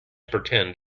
pretend